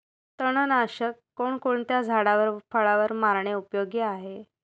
तणनाशक कोणकोणत्या झाडावर व फळावर मारणे उपयोगी आहे?